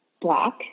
black